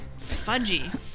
Fudgy